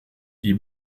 die